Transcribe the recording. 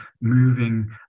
moving